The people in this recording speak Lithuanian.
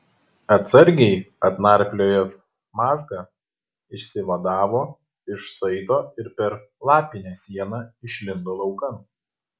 atsargiai atnarpliojęs mazgą išsivadavo iš saito ir per lapinę sieną išlindo laukan